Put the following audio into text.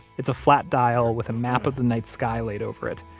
it's a flat dial with a map of the night sky laid over it,